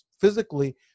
physically